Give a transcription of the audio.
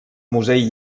musell